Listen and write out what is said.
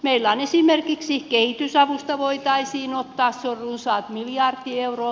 kyllä esimerkiksi kehitysavusta voitaisiin ottaa se on runsaat miljardi euroa